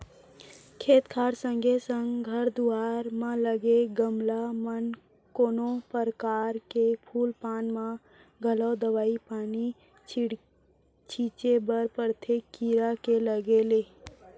खेत खार संगे संग घर दुवार म लगे गमला म कोनो परकार के फूल पान म घलौ दवई पानी छींचे बर परथे कीरा के लगे ले